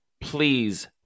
please